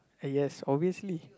ah yes obviously